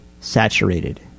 saturated